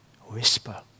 Whisper